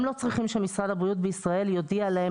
הם לא צריכים שמשרד הבריאות בישראל יודיע להם